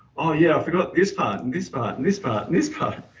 oh yeah, i forgot this part, and this part, and this part, and this part.